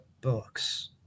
books